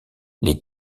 les